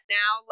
now